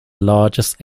largest